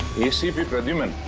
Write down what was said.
acp pradyuman.